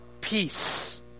peace